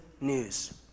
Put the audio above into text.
news